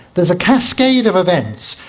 there's a cascade of events,